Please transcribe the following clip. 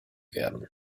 werden